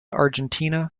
argentina